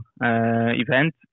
event